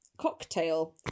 cocktail